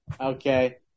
okay